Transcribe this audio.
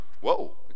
Whoa